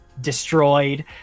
destroyed